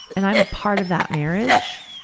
and i'm a part of that marriage,